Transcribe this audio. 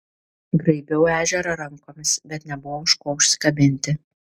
graibiau ežerą rankomis bet nebuvo už ko užsikabinti